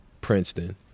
Princeton